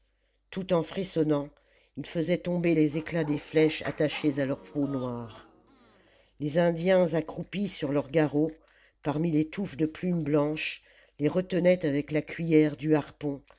tout en frissonnant ils faisaient tomber les éclats des flèches attachés à leur peau noire les indiens accroupis sur leur garrot parmi les touffes de plumes blanches les retenaient avec la cuiller du harpon